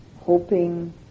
hoping